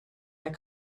that